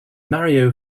mario